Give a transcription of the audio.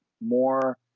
more